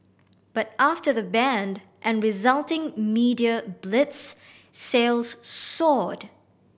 but after the ban and resulting media blitz sales soared